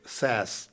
says